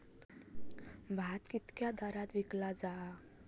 भात कित्क्या दरात विकला जा?